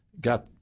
got